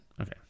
Okay